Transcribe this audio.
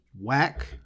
whack